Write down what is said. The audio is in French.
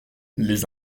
les